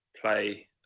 play